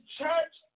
church